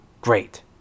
Great